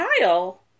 Kyle